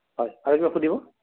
হয় আৰু কিবা সুধিব